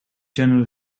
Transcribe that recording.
general